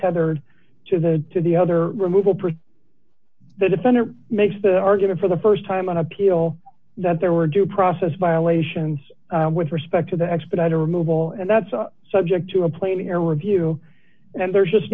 tethered to the to the other removal process the defendant makes the argument for the st time on appeal that there were due process violations with respect to the expedited removal and that's subject to a plain air review and there's just